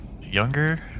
younger